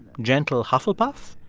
gentle hufflepuff,